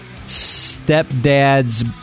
stepdad's